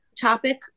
topic